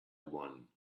one